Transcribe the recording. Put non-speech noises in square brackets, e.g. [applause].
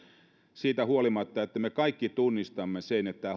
siitä huolimatta että me kaikki tunnistamme sen että [unintelligible]